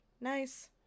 Nice